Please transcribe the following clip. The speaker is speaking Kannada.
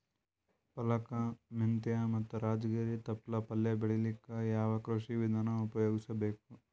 ಪಾಲಕ, ಮೆಂತ್ಯ ಮತ್ತ ರಾಜಗಿರಿ ತೊಪ್ಲ ಪಲ್ಯ ಬೆಳಿಲಿಕ ಯಾವ ಕೃಷಿ ವಿಧಾನ ಉಪಯೋಗಿಸಿ ಬೇಕು?